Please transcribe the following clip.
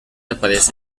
aparece